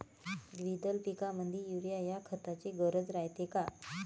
द्विदल पिकामंदी युरीया या खताची गरज रायते का?